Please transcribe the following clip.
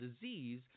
disease